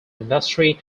industry